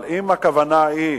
אבל אם הכוונה היא